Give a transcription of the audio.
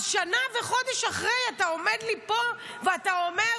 אז שנה וחודש אחרי אתה עומד לי פה ואתה אומר: